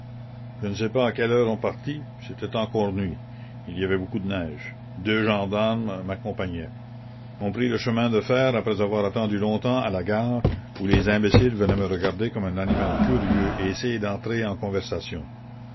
je ne sais pas à quelle heure on partit c'était encore nuit il y avait beaucoup de neige deux gendarmes m'accompagnaient on prit le chemin de fer après avoir attendu longtemps à la gare où les imbéciles venaient me regarder comme un animal curieux et essayer d'entrer en conversation